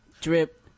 drip